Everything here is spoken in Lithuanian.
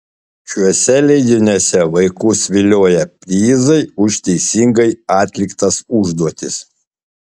šiuose leidiniuose vaikus vilioja prizai už teisingai atliktas užduotis